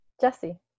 jesse